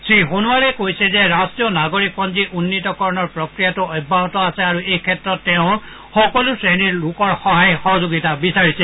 শ্ৰীসোনোৱালে কৈছে যে ৰাষ্ট্ৰীয় নাগৰিক পঞ্জী উন্নীতকৰণৰ প্ৰক্ৰিয়াটো অব্যাহত আছে আৰু এই ক্ষেত্ৰত তেওঁ সকলো শ্ৰেণীৰ লোকৰ সহযোগিতা বিছাৰিছে